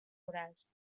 rurals